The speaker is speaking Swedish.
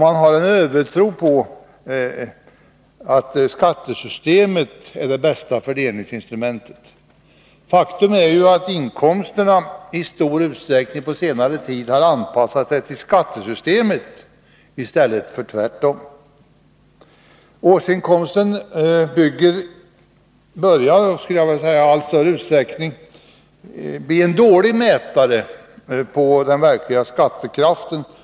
Man har en övertro på att skattesystemet är det bästa fördelningsinstrumentet. Faktum är att inkomsterna i stor utsträckning på senare tid har anpassat sig till skattesystemet i stället för tvärtom. Årsinkomsten börjar, skulle jag vilja säga, bli en dålig mätare på den verkliga skattekraften.